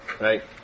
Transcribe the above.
Right